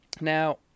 now